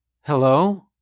Hello